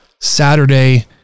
Saturday